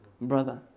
Brother